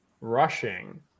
rushing